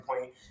point